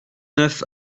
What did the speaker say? neuf